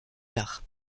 tard